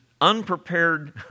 unprepared